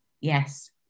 Yes